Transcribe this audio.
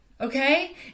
Okay